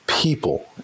people